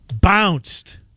Bounced